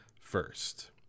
first